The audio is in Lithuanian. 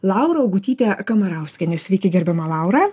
laura augutytė kamarauskienė sveiki gerbiama laura